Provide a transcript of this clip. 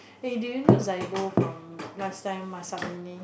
eh do you know Zaibo from last time